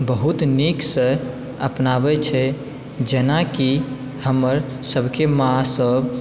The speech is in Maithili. बहुत नीकसँ अपनाबैत छै जेनाकि हमर सबके माँसभ